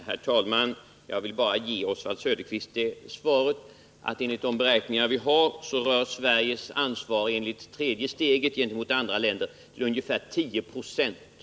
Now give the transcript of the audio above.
Herr talman! Jag skall bara svara Oswald Söderqvist att enligt de beräkningar som vi stöder oss på utgör Sveriges ansvar enligt tredje steget gentemot andra länder ungefär 10 90 av beloppet.